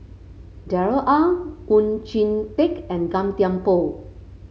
Darrell Ang Oon Jin Teik and Gan Thiam Poh